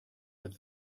with